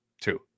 two